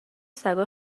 سگا